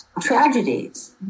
tragedies